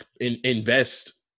invest